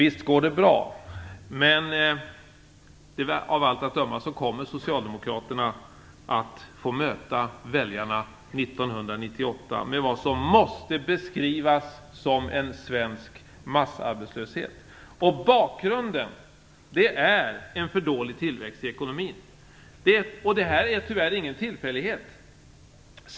Visst går det bra, men av allt att döma kommer Socialdemokraterna att få möta väljarna 1998 med vad som måste beskrivas som en svensk massarbetslöshet. Bakgrunden är en för dålig tillväxt i ekonomin. Och det här är tyvärr ingen tillfällighet.